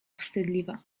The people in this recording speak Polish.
wstydliwa